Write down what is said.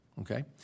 Okay